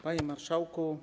Panie Marszałku!